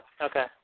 Okay